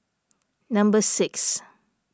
number six